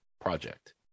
project